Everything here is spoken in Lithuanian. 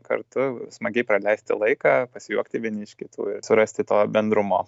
kartu smagiai praleisti laiką pasijuokti vieni iš kitų ir surasti to bendrumo